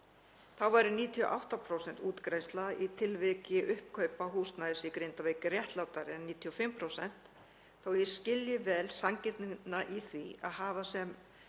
Þá væri 98% útgreiðsla í tilviki uppkaupa húsnæðis í Grindavík réttlátari en 95% þó að ég skilji vel sanngirnina í því að hafa sem